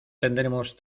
tendremos